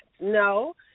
No